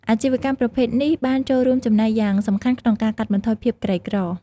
អាជីវកម្មប្រភេទនេះបានចូលរួមចំណែកយ៉ាងសំខាន់ក្នុងការកាត់បន្ថយភាពក្រីក្រ។